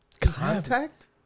Contact